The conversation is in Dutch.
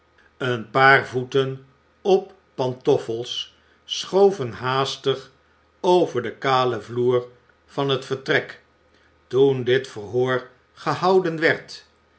een paar voeten op pantoffels schoven haastig over den kalen vloer van het vertrek toen dit verhoor gehouden werd